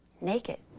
naked